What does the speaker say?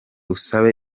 usabe